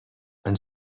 and